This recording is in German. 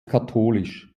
katholisch